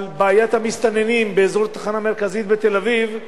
על בעיות המסתננים באזור התחנה המרכזית בתל-אביב,